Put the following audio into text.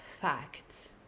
facts